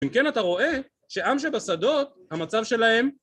אם כן אתה רואה שעם שבשדות המצב שלהם